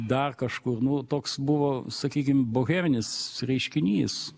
dar kažkur nu toks buvo sakykim boheminis reiškinys